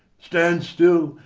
stand still,